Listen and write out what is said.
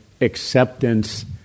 acceptance